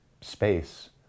space